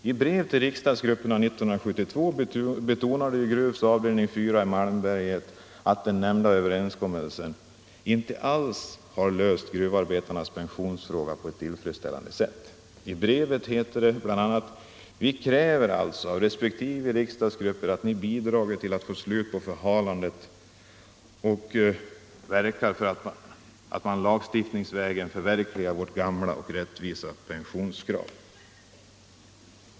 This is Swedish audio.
I brev till riksdagsgrupperna år 1972 betonade Gruvs avdelning 4 i Malmberget att den nämnda överenskommelsen inte alls har löst gruvarbetarnas pensionsfråga på ett tillfredsställande sätt. I brevet heter det bl.a.: Vi kräver alltså av respektive riksdagsgrupper att ni bidrar till att få slut på förhalandet och verkar för att man lagstiftningsvägen förverkligar vårt gamla och rättvisa pensionskrav.